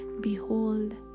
behold